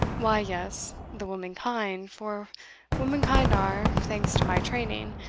why, yes the womankind, for womankind, are, thanks to my training,